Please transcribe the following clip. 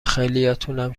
خیلیاتونم